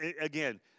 again